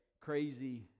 crazy